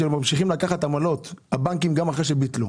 על כך שהבנקים ממשיכים לקחת עמלות אחרי שכבר ביטלו.